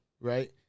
Right